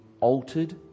altered